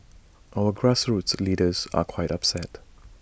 our grassroots leaders are quite upset